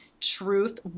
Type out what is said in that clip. truth